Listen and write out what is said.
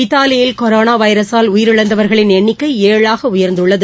இத்தாலியில் கொரோணா வைரஸால் உயிரிழந்தவர்களின் எண்ணிக்கை ஏழாக உயர்ந்துள்ளது